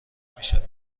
میشویم